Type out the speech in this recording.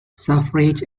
suffrage